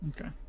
Okay